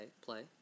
play